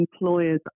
employers